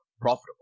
profitable